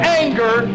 anger